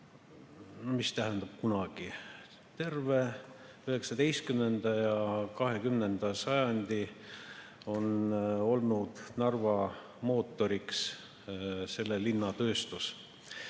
Mis tähendab see kunagi? Terve 19. ja 20. sajandi oli Narva mootoriks selle linna tööstus.